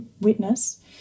witness